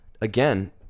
again